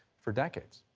for decades.